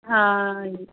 ਹਾਂ